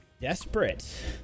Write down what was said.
Desperate